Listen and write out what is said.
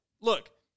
look